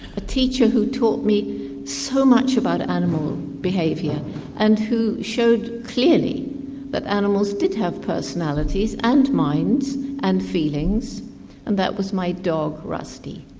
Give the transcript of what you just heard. a teacher who taught me so much about animal behaviour and who showed clearly that animals did have personalities and minds and feelings and that was my dog, rusty.